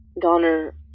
Donner